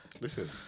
Listen